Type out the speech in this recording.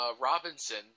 Robinson